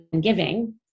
giving